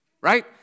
Right